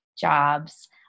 jobs